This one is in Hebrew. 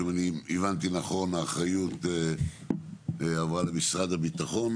אם אני הבנתי נכון, האחריות עברה למשרד הביטחון.